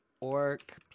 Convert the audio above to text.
orc